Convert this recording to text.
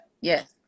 Yes